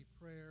prayer